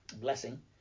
blessing